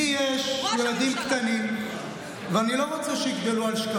טלי, אולי אני אגיד משהו אחר?